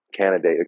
candidate